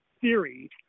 theory